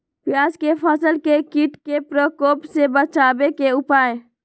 प्याज के फसल के कीट के प्रकोप से बचावे के उपाय?